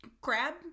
crab